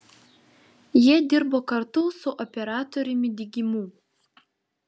jie dirbo kartu su operatoriumi digimu